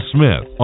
Smith